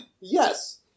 yes